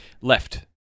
Left